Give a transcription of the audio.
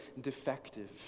defective